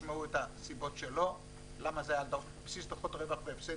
תשמעו את הסיבות שלו למה זה היה על בסיס דוחות רווח והפסד.